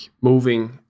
moving